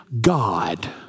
God